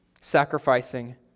sacrificing